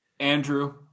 Andrew